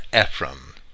Ephraim